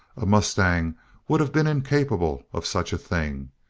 a mustang would have been incapable of such a thing,